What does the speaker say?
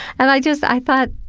and i just, i thought,